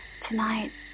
Tonight